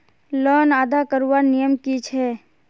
Loan अदा करवार नियम की छे?